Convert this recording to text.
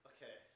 Okay